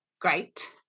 great